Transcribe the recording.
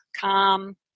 calm